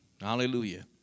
Hallelujah